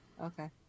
okay